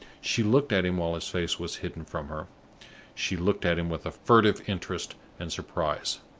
she looked at him while his face was hidden from her she looked at him with a furtive interest and surprise.